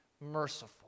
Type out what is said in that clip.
merciful